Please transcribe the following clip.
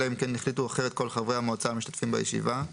אלא אם כן החליטו אחרת כל חברי המועצה המשתתפים בישיבה.